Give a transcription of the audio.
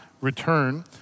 return